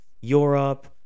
Europe